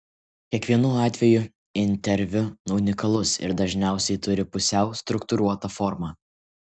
kiekvienu atveju interviu unikalus ir dažniausiai turi pusiau struktūruotą formą